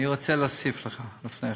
אני רוצה להוסיף לכך, לפני כן,